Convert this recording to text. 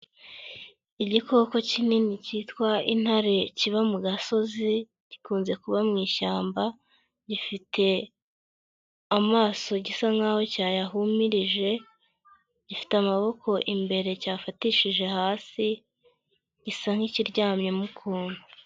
Igikoko kinini kitwa intare kiba mu gasozi gikunze kuba mu ishyamba, gifite amaso gisa nk'aho cyayahumirije, gifite amaboko imbere cyafatishije hasi, gisa nk'ikiryamye mo ukuntu.